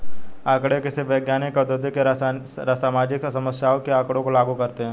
आंकड़े किसी वैज्ञानिक, औद्योगिक या सामाजिक समस्या के लिए आँकड़ों को लागू करते है